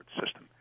system